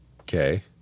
Okay